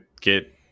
get